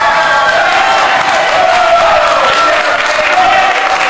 ההצעה להעביר את הצעת החוק לוועדה לא נתקבלה.